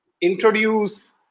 introduce